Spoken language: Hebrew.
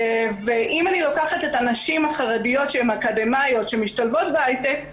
אם אני לוקחת את הנשים החרדיות שהן אקדמאיות שמשתלבות בהייטק,